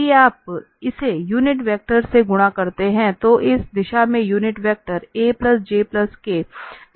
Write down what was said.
यदि आप इसे यूनिट वेक्टर से गुणा करते हैं तो इस दिशा में unit vector a j k इस अभिव्यक्ति द्वारा दिया जाएगा